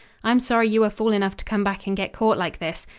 i'm sorry you were fool enough to come back and get caught like this.